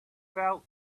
felt